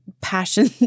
passion